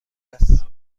است